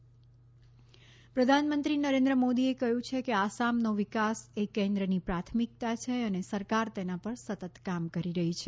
પ્રધાનમંત્રી આસામ પ્રધાનમંત્રી નરેન્દ્ર મોદીએ કહ્યું છે કે આસામનો વિકાસ એ કેન્દ્રની પ્રાથમિકતા છે અને સરકાર તેના પર સતત કામ કરી રહી છે